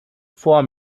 vor